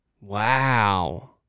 Wow